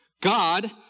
God